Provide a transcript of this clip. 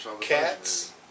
Cats